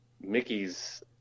Mickey's